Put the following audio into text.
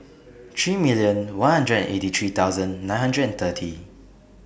three million one hundred and eighty three thousand nine hundred and thirty